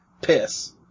Piss